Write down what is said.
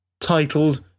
titled